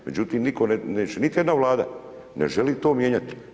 Međutim, neće niti jedna vlada, ne želi to mijenjati.